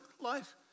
life